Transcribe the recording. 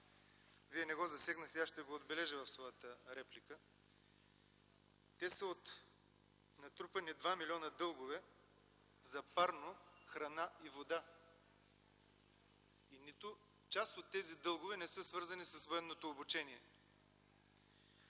Вие не го засегнахте и аз ще го отбележа в своята реплика. Те са от натрупани 2 млн. лв. дългове за парно, храна и вода и нито част от тези дългове не са свързани с военното обучение.